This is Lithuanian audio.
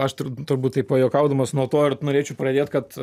aš tur turbūt taip pajuokaudamas nuo to ir norėčiau pradėt kad